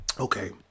Okay